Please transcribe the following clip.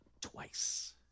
twice